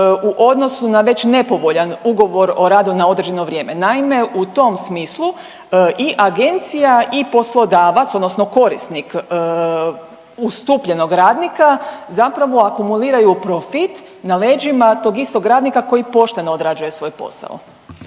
u odnosu na već nepovoljan ugovor o radu na određeno vrijeme. Naime, u tom smislu i agencija i poslodavac odnosno korisnik ustupljenog radnika zapravo akumuliraju profit na leđima tog istog radnika koji pošteno odrađuje svoj posao.